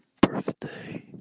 birthday